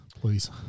Please